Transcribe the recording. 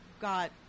got